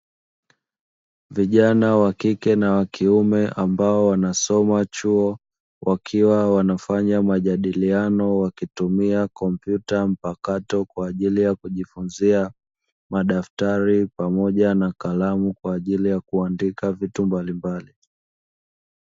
Vijana wakike na wakiume ambao wanasoma chuo wakiwa wanafanya majadiliano. Wakitumia kompyuta mpakato kwa ajili ya kujifunzia, madaftari pamoja na kalamu kwa ajili ya kuandika vitu mbalimbali.